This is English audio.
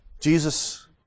Jesus